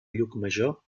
llucmajor